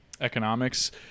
economics